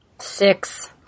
Six